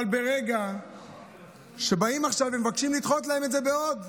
אבל ברגע שבאים עכשיו ומבקשים לדחות להם את זה בעוד,